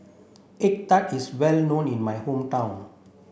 egg tart is well known in my hometown